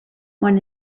want